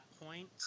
point